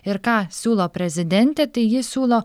ir ką siūlo prezidentė tai ji siūlo